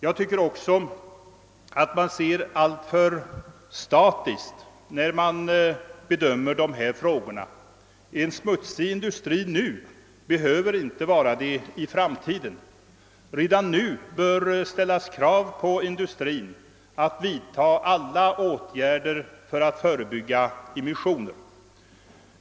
Jag anser också att man har en alltför statisk syn när man bedömer dessa frågor. En smutsig industri nu behöver inte vara det i framtiden. Redan nu bör ställas krav på industrin att vidta alla tänkbara åtgärder för att förebygga immissioner.